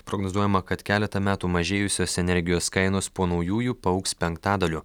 prognozuojama kad keletą metų mažėjusios energijos kainos po naujųjų paaugs penktadaliu